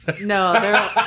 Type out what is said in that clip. No